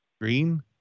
Green